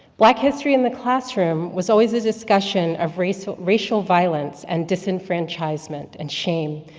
black history in the classroom was always a discussion of racial racial violence, and disenfranchisement, and shame.